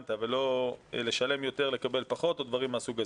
ששילמת ולא לשלם יותר ולקבל פחות או דברים מהסוג הזה.